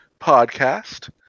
podcast